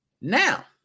Now